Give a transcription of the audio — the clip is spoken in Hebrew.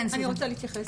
אני רוצה להתייחס.